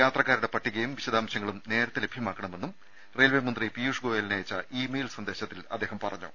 യാത്രക്കാരുടെ പട്ടികയും വിശദാംശങ്ങളും നേരത്തെ ലഭ്യമാക്കണമെന്നും റെയിൽവെ മന്ത്രി പീയുഷ് ഗോയലിന് അയച്ച ഇ മെയിൽ സന്ദേശത്തിൽ അദ്ദേഹം പറഞ്ഞു